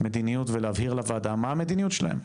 מדיניות ולהבהיר לוועדה, מה המדיניות שלהם,